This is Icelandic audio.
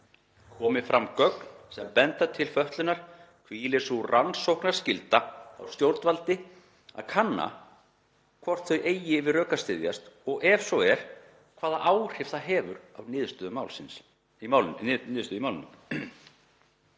Komi fram gögn sem benda til fötlunar hvílir sú rannsóknarskylda á stjórnvaldi að kanna hvort þau eiga við rök að styðjast og ef svo er, hvaða áhrif það hefur á niðurstöðu í málinu.